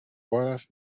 horas